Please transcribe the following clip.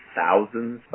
thousands